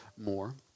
more